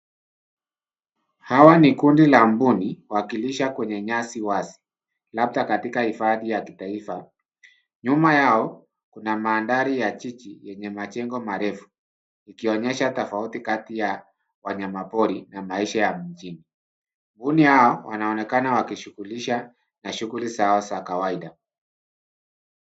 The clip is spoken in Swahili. Hawa ni kundi la mbuni wakilisha kwenye nyasi wazi labda katika hifadhi ya kitaifa. Nyuma yao kuna mandhari ya jiji yenye majengo marefu ikionyesha tofauti kati ya wanyamapori na maisha ya mjini. Mbuni hao wanaonekana wakishughulisha na shughuli zao za kawaida.